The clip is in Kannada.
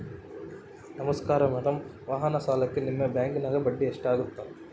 ನಮಸ್ಕಾರ ಮೇಡಂ ವಾಹನ ಸಾಲಕ್ಕೆ ನಿಮ್ಮ ಬ್ಯಾಂಕಿನ್ಯಾಗ ಬಡ್ಡಿ ಎಷ್ಟು ಆಗ್ತದ?